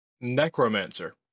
Necromancer